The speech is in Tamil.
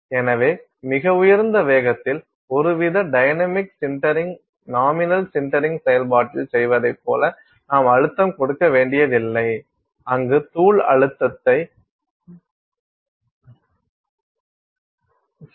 எனவே மிக உயர்ந்த வேகத்தில் ஒருவித டைனமிக் சின்டரிங் நாமினல் சின்டரிங் செயல்பாட்டில் செய்வதைப் போல நாம் அழுத்தம் கொடுக்க வேண்டியதில்லை அங்கு தூள் அழுத்தத்தை ஹீரோ